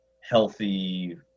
healthy